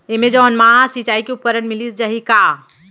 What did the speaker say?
Amazon मा सिंचाई के उपकरण मिलिस जाही का?